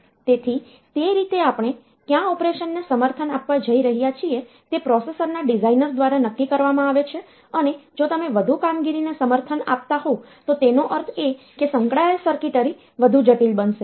તેથી તે રીતે આપણે કયા ઓપરેશનને સમર્થન આપવા જઈ રહ્યા છીએ તે પ્રોસેસરના ડિઝાઇનર દ્વારા નક્કી કરવામાં આવે છે અને જો તમે વધુ કામગીરીને સમર્થન આપતા હોવ તો તેનો અર્થ એ કે સંકળાયેલ સર્કિટરી વધુ જટિલ બનશે